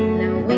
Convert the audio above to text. now